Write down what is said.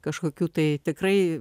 kažkokių tai tikrai